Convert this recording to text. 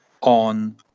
on